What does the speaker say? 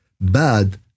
Bad